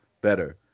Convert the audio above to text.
better